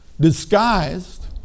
disguised